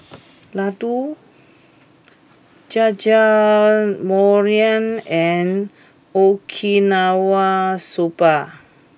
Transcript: Ladoo Jajangmyeon and Okinawa Soba